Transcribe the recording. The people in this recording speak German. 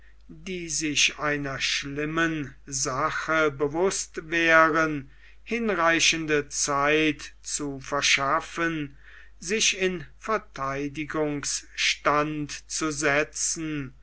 die sich einer schlimmen sache bewußt wären hinreichende zeit zu verschaffen sich in vertheidigungsstand zu setzen